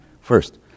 First